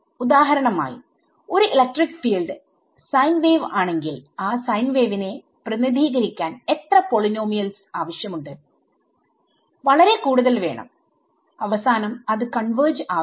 ഉദാഹരണമായി ഒരു electric field sine wave ആണെങ്കിൽ ആ സൈൻ വേവിനെപ്രതിനിധീകരിക്കാൻ എത്ര പോളിനോമിയൽസ്ആവശ്യമുണ്ട് വളരെ കൂടുതൽ വേണം അവസാനം അത് കോൺവെർജ് ആവില്ല